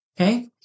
Okay